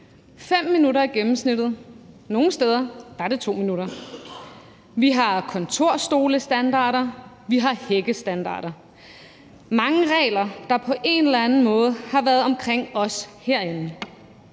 5 minutter i gennemsnittet, og nogle steder er det 2 minutter. Vi har kontorstolestandarder, og vi har hækkestandarder. Der er mange regler, der på en eller anden måde har været omkring os herinde.